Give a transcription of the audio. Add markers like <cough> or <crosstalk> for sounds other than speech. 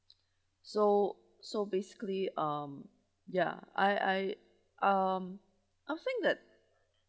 <noise> so so basically um ya I I um I think that